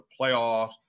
playoffs